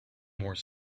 more